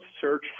search